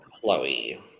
Chloe